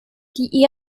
die